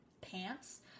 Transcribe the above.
pants